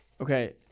Okay